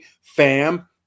fam